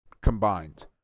combined